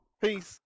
Peace